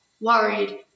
worried